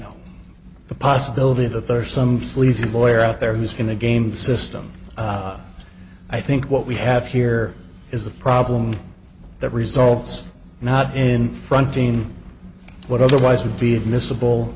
know the possibility that there are some sleazy lawyer out there who's going to game the system i think what we have here is a problem that results not in frontin what otherwise would be admis